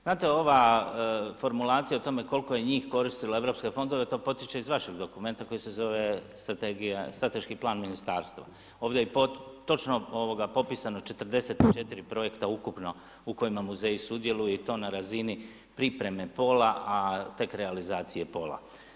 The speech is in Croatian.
Znate ova formulacija o tome koliko je njih koristilo europske fondove, to potiče iz vašeg dokumenta koji se zove Strateški plan ministarstva, ovdje je točno popisano 44 projekta ukupno u kojima muzeji sudjeluje i to na razini pripreme pola, a tek realizacije pola.